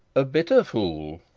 a bitter fool!